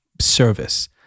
service